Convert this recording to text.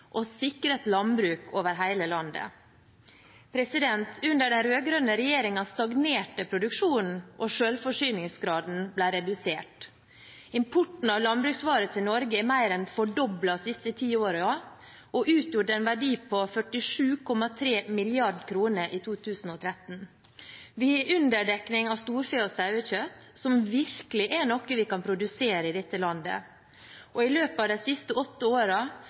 å sikre rekruttering å sikre et landbruk over hele landet Under den rød-grønne regjeringen stagnerte produksjonen, og selvforsyningsgraden ble redusert. Importen av landbruksvarer til Norge er mer enn fordoblet siste ti årene og utgjorde en verdi på 47,3 mrd. kr i 2013. Vi har underdekning av storfe- og sauekjøtt, som virkelig er noe vi kan produsere i dette landet. I løpet av de siste åtte